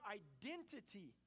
identity